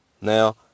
Now